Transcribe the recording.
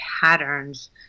patterns